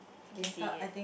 did you see it